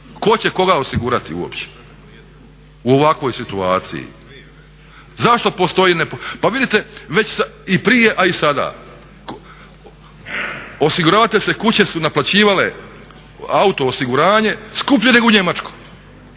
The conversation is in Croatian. Tko će koga osigurati uopće u ovakvoj situaciji? Zašto postoji …/Govornik se ne razumije./…, pa vidite već i prije a i sada osiguravateljske kuće su naplaćivale auto osiguranje skuplje nego u Njemačkoj.